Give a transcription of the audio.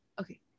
okay